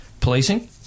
policing